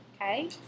Okay